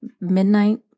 midnight